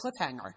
cliffhanger